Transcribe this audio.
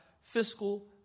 fiscal